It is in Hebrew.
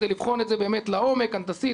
כדי לבחון את זה באמת לעומק הנדסית,